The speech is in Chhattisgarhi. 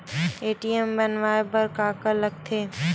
ए.टी.एम बनवाय बर का का लगथे?